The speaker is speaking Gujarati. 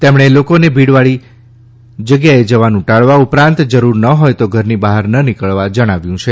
તેમણે લોકોને ભીડવાળી જગ્યાએ જવાનું ટાળવા ઉપરાંત જરૂર ન હોય તો ઘરની બહાર ન નીકળવા જણાવ્યું છે